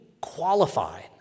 qualified